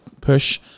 push